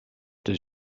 does